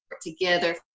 together